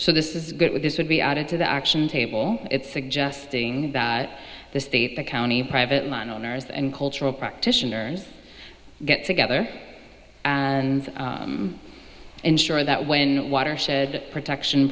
so this is good with this would be added to the action table it's suggesting that the state the county private landowners and cultural practitioners get together and ensure that when watershed protection